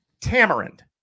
Tamarind